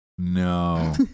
no